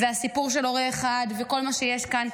והסיפור של הורה אחד וכל מה שיש כאן.